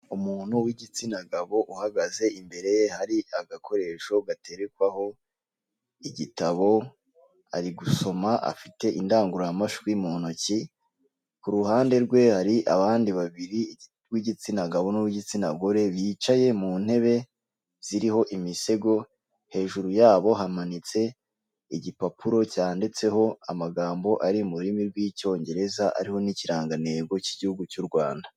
Umuntu w'igitsina gabo uhagaze imbereye hari agakoresho gaterekwaho igitabo ari gusoma afite indangururamajwi mu ntoki ku ruhande rwe hari abandi babiri b'igitsina gabo nuw'igitsina gore bicaye mu ntebe ziriho imisego hejuru yabo hamanitse igipapuro cyanditseho amagambo ari mu rurimi rw'icyongereza ariho n'ikirangantego cy'igihugu cy'u Rwanda.